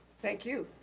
thank you.